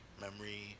memory